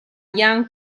ian